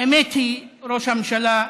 האמת היא, ראש הממשלה,